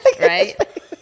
right